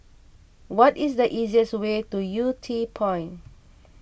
what is the easiest way to Yew Tee Point